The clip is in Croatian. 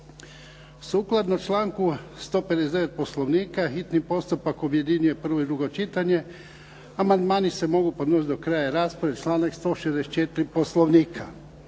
Sukladno članku 159. Poslovnika hitni postupak objedinjuje prvo i drugo čitanje. Amandmani se mogu podnositi do kraja rasprave, članak 164. Poslovnika.